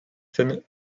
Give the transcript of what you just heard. scène